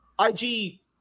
IG